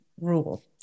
rule